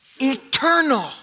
Eternal